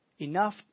Enough